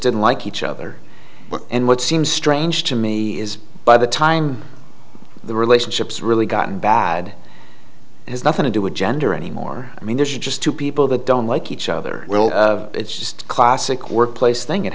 didn't like each other and what seems strange to me is by the time the relationships really got bad it has nothing to do with gender any more i mean it's just two people that don't like each other well it's just classic workplace thing it